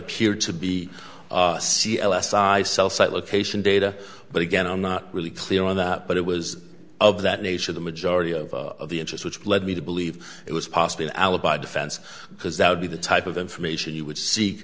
appeared to be sea l s i cell site location data but again i'm not really clear on that but it was of that nature the majority of the interest which led me to believe it was possibly an alibi defense because that would be the type of information you would seek